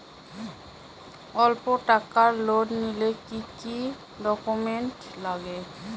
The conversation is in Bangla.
অল্প টাকার লোন নিলে কি কি ডকুমেন্ট লাগে?